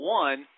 one